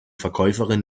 verkäuferin